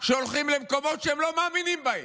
שהולכים למקומות שהם לא מאמינים בהם,